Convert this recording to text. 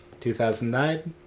2009